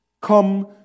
Come